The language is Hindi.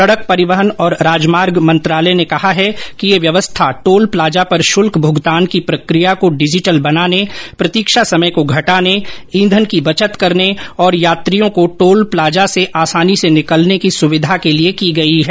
सड़क परिवहन और राजमार्ग मंत्रालय ने कहा है कि यह व्यवस्था टोल प्लाजा पर शुल्क भूगतान की प्रक्रिया को डिजिटल बनाने प्रतीक्षा समय को घटाने ईंधन की बचत करने और यात्रियों को टोल प्लाजा से आसानी से निकलने की सुविधा के लिए की गई है